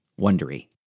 Wondery